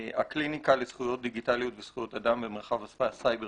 הקליניקה לזכויות דיגיטליות וזכויות אדם במרחב הסייבר